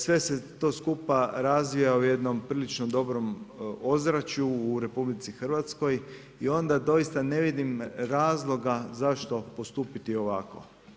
Sve se to skupa razvija u jednom priličnom dobrom ozračju u RH i onda doista ne vidim razloga zašto postupiti ovako.